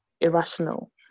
irrational